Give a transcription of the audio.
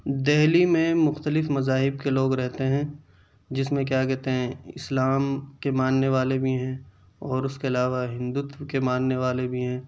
دہلی میں مختلف مذاہب کے لوگ رہتے ہیں جس میں کیا کہتے ہیں اسلام کے ماننے والے بھی ہیں اور اس کے علاوہ ہندوتو کے ماننے والے بھی ہیں